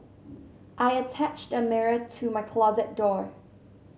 I attached a mirror to my closet door